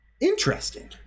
Interesting